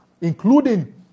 including